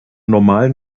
normalen